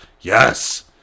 yes